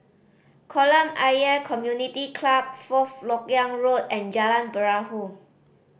Kolam Ayer Community Club Fourth Lok Yang Road and Jalan Perahu